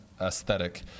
aesthetic